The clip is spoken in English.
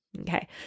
Okay